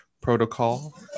protocol